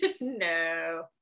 no